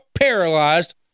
paralyzed